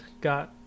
got